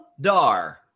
Dar